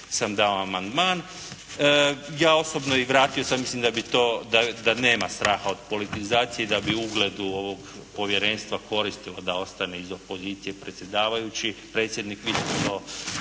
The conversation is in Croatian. sam dao amandman. Ja osobno i vratio sam, mislim da nema straha od politizacije, da bi ugledu ovog povjerenstva koristilo da ostane iz opozicije predsjedavajući,